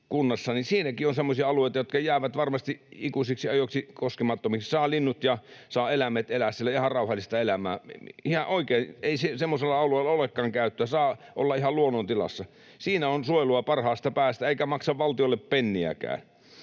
kunnassa on semmoisia alueita, jotka jäävät varmasti ikuisiksi ajoiksi koskemattomiksi. Saavat linnut ja eläimet elää siellä ihan rauhallista elämää. Ihan oikein, ei semmoisella alueella olekaan käyttöä, se saa olla ihan luonnontilassa. Siinä on suojelua parhaasta päästä, eikä maksa valtiolle penniäkään.